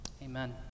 Amen